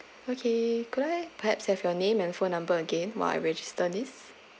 okay could I perhaps have your name and phone number again while I register this